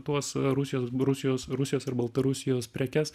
tuos rusijos rusijos rusijos ir baltarusijos prekes